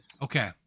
Okay